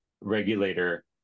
regulator